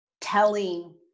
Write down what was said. telling